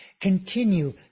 Continue